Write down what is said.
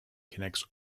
connects